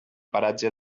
paratge